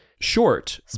short